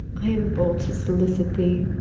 i am bold to solicit thee.